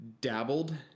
dabbled